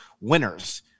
winners